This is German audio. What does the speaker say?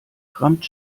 rammt